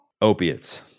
Opiates